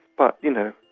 but, you know,